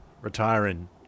Retiring